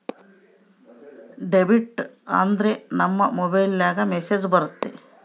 debit ಆದ್ರೆ ನಮ್ ಮೊಬೈಲ್ಗೆ ಮೆಸ್ಸೇಜ್ ಬರುತ್ತೆ